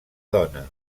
dona